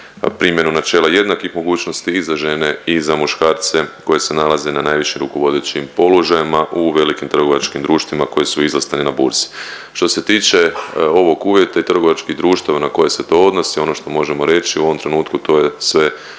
primjenu načela jednakih mogućnosti i za žene i za muškarce koji se nalaze ne najvišim rukovodećim položajima u velikim trgovačkim društvima koji su izlistani na burzi. Što se tiče ovog uvjeta i trgovačkih društava na koje se to odnosi ono što možemo reći u ovom trenutku to je sve